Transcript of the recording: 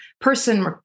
person